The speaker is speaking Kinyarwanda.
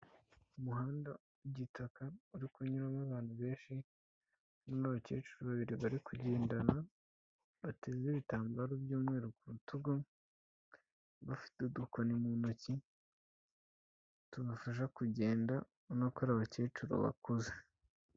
Umuhanda w'igitaka uri kunyuramo abantu benshi, harimo abakecuru babiri bari kugendana bateze ibitambaro by'umweru ku rutugu, bafite udukoni mu ntoki tubafasha kugenda, ubona ko ari abakecuru bakuze.